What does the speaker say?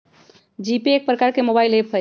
GPay एक प्रकार के मोबाइल ऐप हइ